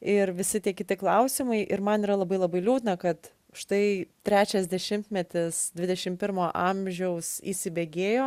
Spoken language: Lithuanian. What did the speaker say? ir visi tie kiti klausimai ir man yra labai labai liūdna kad štai trečias dešimtmetis dvidešim pirmo amžiaus įsibėgėjo